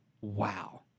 wow